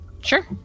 sure